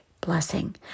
blessing